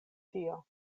tio